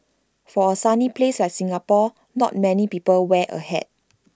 for A sunny place like Singapore not many people wear A hat